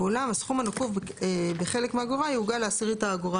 ואולם הסכום הנקוב בחלק מאגורה יעוגל לעשירית האגורה